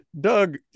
doug